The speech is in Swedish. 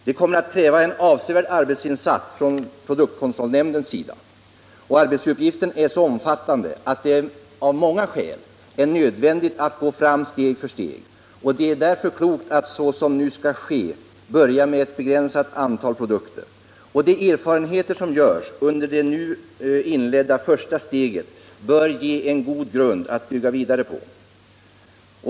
Den kommer att kräva en avsevärd arbetsinsats från produktkontrollnämnden, och arbetsuppgiften är så omfattande att det av många skäl är nödvändigt att gå fram steg för steg. Det är därför klokt att, såsom nu skall ske, börja med ett begränsat antal produkter. De erfarenheter som görs under det nu inledda första steget bör ge en god grund att bygga vidare på.